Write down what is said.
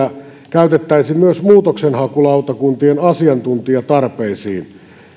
käytettäisi myös muutoksenhakulautakuntien asiantuntijatarpeisiin